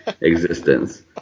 existence